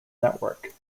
network